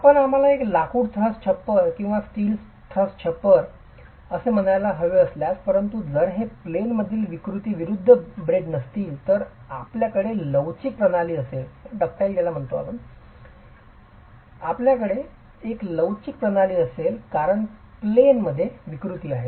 आपण आम्हाला एक लाकूड थ्रस्ट छप्पर किंवा स्टील थ्रस्ट छप्पर असे म्हणायला हवे असल्यास परंतु जर हे प्लेन मधील विकृती विरूद्ध ब्रेस्ड नसतील तर आपल्याकडे लवचिक प्रणाली असेल आपल्याकडे एक लवचिक प्रणाली असेल कारण प्लेन मध्ये विकृती आहेत